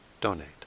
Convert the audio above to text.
donate